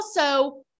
also-